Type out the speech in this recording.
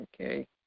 okay